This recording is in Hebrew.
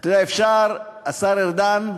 השר ארדן,